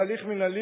בהליך מינהלי,